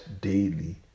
daily